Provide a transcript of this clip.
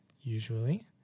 usually